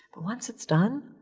once it's done,